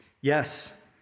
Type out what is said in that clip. Yes